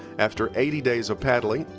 after eighty days of paddling,